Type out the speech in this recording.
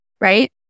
right